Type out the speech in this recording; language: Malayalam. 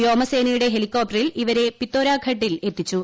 വ്യോമസേനയുടെ ഹെലികോപ്റ്ററിൽ ഇവരെ പിതോര ഘട്ടിൽ എത്തിച്ചു